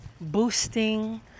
boosting